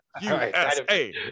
USA